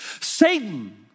Satan